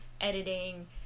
editing